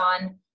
on